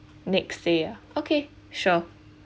next day ah okay sure